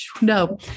No